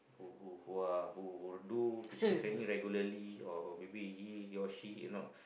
who who are who who do physical training regularly or maybe he he or she you know